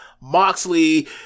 Moxley